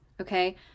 Okay